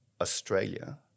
Australia